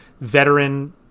veteran